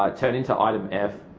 um turning to item f,